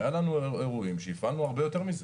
היו לנו אירועים שהפעלנו הרבה יותר מזה.